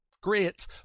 great